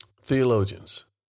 theologians